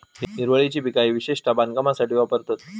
हिरवळीची पिका ही विशेषता बांधकामासाठी वापरतत